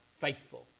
faithful